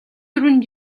дөрвөн